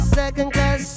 second-class